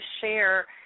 share